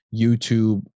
YouTube